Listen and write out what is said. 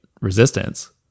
resistance